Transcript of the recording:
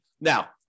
Now